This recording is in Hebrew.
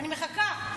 אני מחכה.